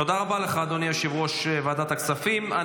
תודה רבה לך, אדוני יושב-ראש ועדת הכספים.